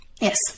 Yes